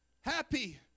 happy